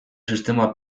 sistema